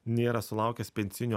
nėra sulaukęs pensinio